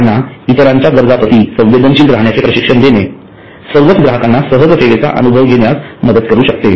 त्यांना इतरांच्या गरजाप्रति संवेदनशील राहण्याचे प्रशिक्षण देणे सर्वच ग्राहकांना सहज सेवेचा अनुभव घेण्यास मदत करू शकते